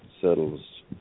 settles